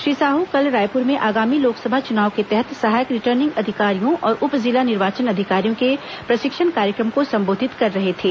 श्री साहू कल रायपुर में आगामी लोकसभा चुनाव के तहत सहायक रिटर्निंग अधिकारियों और उप जिला निर्वाचन अधिकारियों के प्रशिक्षण कार्यक्रम को संबोधित कर रहे थे